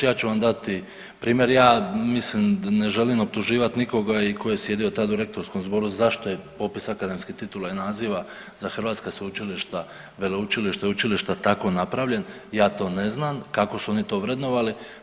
Ja ću vam dati primjer, ja mislim ne želim optuživati nikoga i tko je sjedio tada u rektorskom zboru zašto je popis akademskih titula i naziva za hrvatska sveučilišta, veleučilišta i učilišta tako napravljen, ja to ne znam kako su oni to vrednovali.